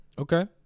Okay